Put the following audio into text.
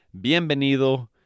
Bienvenido